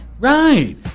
Right